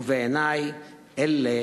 ובעיני אלה